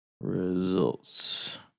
results